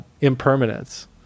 impermanence